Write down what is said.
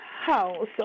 house